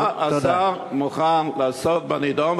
מה השר מוכן לעשות בנדון?